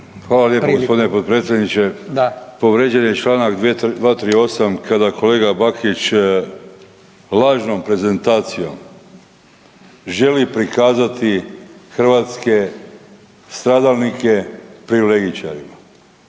Hvala lijepo potpredsjedniče. Povrijeđen je članak 238. kada kolega Bakić lažnom prezentacijom želi prikazati hrvatske stradalnike privilegičarima.